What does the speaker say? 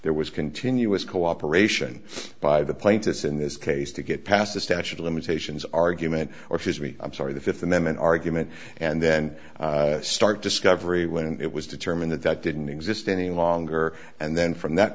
there was continuous cooperation by the plaintiffs in this case to get past the statute of limitations argument or says we i'm sorry the fifth amendment argument and then start discovery when it was determined that that didn't exist any longer and then from that